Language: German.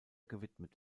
gewidmet